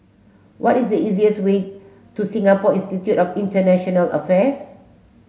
what is the easiest way to Singapore Institute of International Affairs